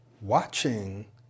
watching